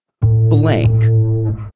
Blank